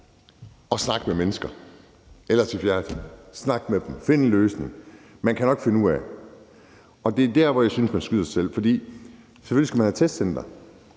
og snakke med mennesker – snakke med dem og finde en løsning. Man kan nok finde ud af det. Det er der, hvor jeg synes at man skyder sig selv i foden. Selvfølgelig skal man have testcentre,